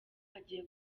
agiye